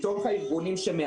מתוך הארגונים,